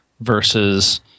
Versus